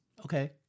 Okay